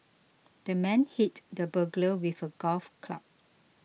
the man hit the burglar with a golf club